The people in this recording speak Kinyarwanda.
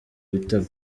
ibitego